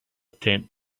attempt